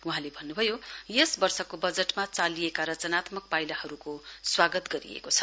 वहाँले भन्नुभयो यस वर्षको वजटमा चालिएका रचनात्मक पाइलाहरुको स्वागत गरिएको छ